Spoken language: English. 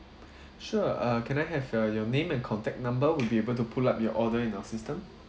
sure uh can I have uh your name and contact number we'll be able to pull up your order in our system